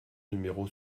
numéro